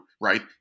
right